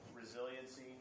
resiliency